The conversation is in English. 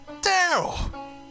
Daryl